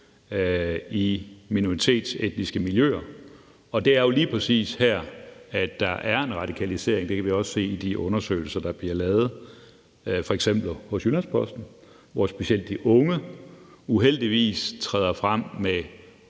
i minoritetsetniske miljøet. Det er jo lige præcis her, at der er en radikalisering. Det kan vi også se i de undersøgelser, der bliver lavet, f.eks. hos Jyllands-Posten, hvor specielt de unge uheldigvis træder frem med